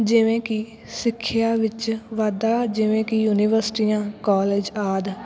ਜਿਵੇਂ ਕਿ ਸਿੱਖਿਆ ਵਿੱਚ ਵਾਧਾ ਜਿਵੇਂ ਕਿ ਯੂਨੀਵਰਸਿਟੀਆਂ ਕੋਲਜ ਆਦਿ